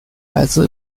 来自